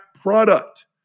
product